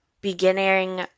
beginning